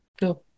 Go